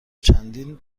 چندین